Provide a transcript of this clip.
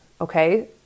Okay